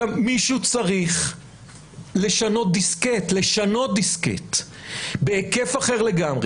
מישהו צריך לשנות דיסקט בהיקף אחר לגמרי.